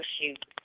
shoot